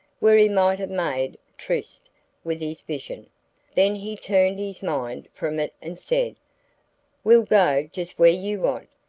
where he might have made tryst with his vision then he turned his mind from it and said we'll go just where you want.